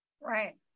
Right